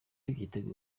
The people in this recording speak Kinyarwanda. yiteguye